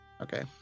Okay